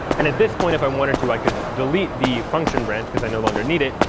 and at this point, if i wanted to, i could delete the function branch, because i no longer need it.